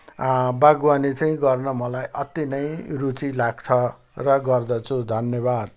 बागवानी चाहिँ गर्न मलाई अत्ति नै रुचि लाग्छ र गर्दछु धन्यवाद